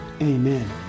Amen